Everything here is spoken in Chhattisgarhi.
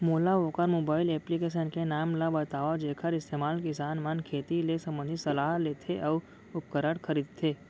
मोला वोकर मोबाईल एप्लीकेशन के नाम ल बतावव जेखर इस्तेमाल किसान मन खेती ले संबंधित सलाह लेथे अऊ उपकरण खरीदथे?